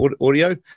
audio